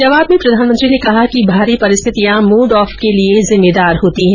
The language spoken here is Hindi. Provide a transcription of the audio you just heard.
जवाब में प्रधानमंत्री ने कहा कि बाहरी परिस्थितियां मूड ऑफ के लिए जिम्मेदार होती है